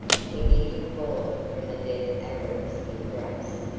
peggy had fallen from the dead arab's embrace,